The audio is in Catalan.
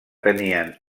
tenien